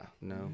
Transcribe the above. no